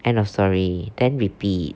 end of story then repeat